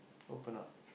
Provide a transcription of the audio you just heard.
open up